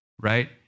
right